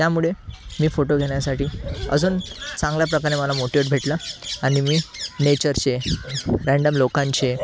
त्यामुळे मी फोटो घेण्यासाठी अजून चांगल्या प्रकारे मला मोटिवेट भेटला आणि मी नेचरचे रॅन्डम लोकांचे